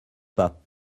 pas